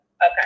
Okay